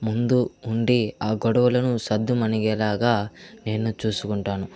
ముందు ఉండి ఆ గొడవలను సద్దుమనిగేలాగా నేను చూసుకుంటాను